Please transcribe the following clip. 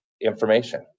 information